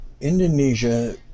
Indonesia